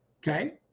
Okay